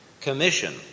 commission